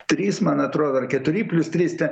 trys man atrodo ar keturi plius trys ten